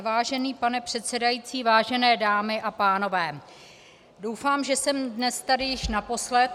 Vážený pane předsedající, vážené dámy a pánové, doufám, že jsem dnes tady již naposled